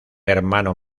hermano